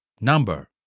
number